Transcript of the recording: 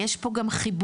יש פה גם חיבור,